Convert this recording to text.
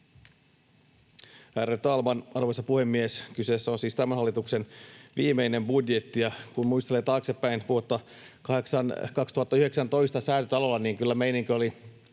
talman, arvoisa puhemies! Kyseessä on siis tämän hallituksen viimeinen budjetti, ja kun muistelee taaksepäin vuotta 2019 Säätytalolla, niin kyllä meininki oli